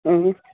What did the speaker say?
اہن حظ